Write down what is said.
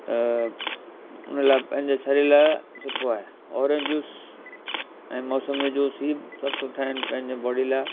उन लाइ पंहिंजे शरीर लाइ सुठो आहे औरेंज जूस ऐं मोसम्मी जूस ई सभु सुठा आहिनि पंहिंजी बॉडी लाइ